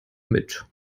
mit